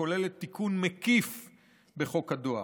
שכוללת תיקון מקיף בחוק הדואר.